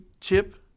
chip